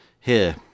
Here